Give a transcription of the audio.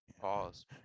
Pause